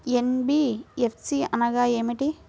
NBFC అనగా ఏమిటీ?